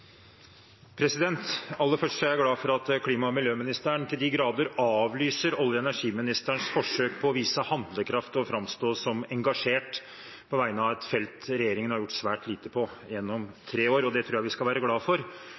jeg glad for at klima- og miljøministeren til de grader avlyser olje- og energiministerens forsøk på å vise handlekraft og framstå som engasjert på vegne av et felt regjeringen har gjort svært lite på gjennom tre år. Det tror jeg også vi skal være glade for,